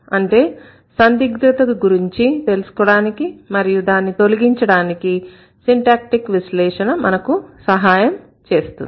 అంటే సందిగ్ధతను గురించి తెలుసుకోవడానికి మరియు దాన్ని తొలగించడానికి సిన్టాక్టీక్ విశ్లేషణ మనకు సహాయం చేస్తుంది